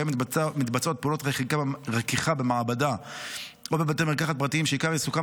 שבהם מתבצעות פעולות רקיחה במעבדה או בבתי מרקחת פרטיים שעיקר עיסוקם